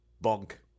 bunk